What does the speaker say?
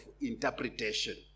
interpretation